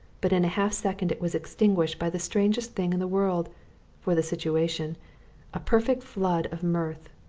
but in a half second it was extinguished by the strangest thing in the world for the situation a perfect flood of mirth.